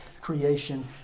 creation